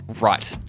right